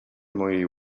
mojej